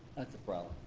that's a problem.